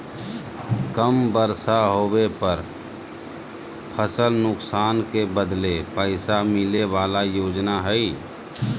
कम बर्षा होबे पर फसल नुकसान के बदले पैसा मिले बला योजना हइ